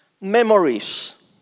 memories